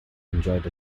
enjoyed